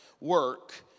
work